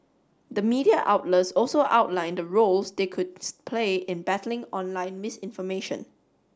the media outlets also outlined the roles they could splay in battling online misinformation